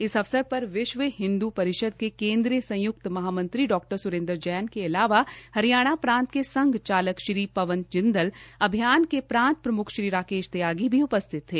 इस अवसर पर विश्व हिंदू परिषद के केंद्रीय संयुक्त महामंत्री डॉ स्रेन्द्र जैन के अलावा हरियाणा प्रान्त के संघ चालक श्री पवन जिंदल अभियान के प्रांत प्रम्ख श्री राकेश त्यागी भी उपस्थित थे